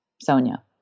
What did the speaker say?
Sonia